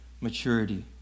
maturity